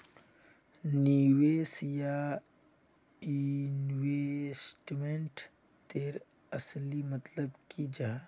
निवेश या इन्वेस्टमेंट तेर असली मतलब की जाहा?